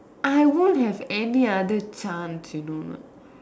I won't have any other chance you know or not